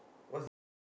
what's the block eh